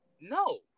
no